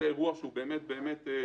זה אירוע שהוא באמת משמעותי.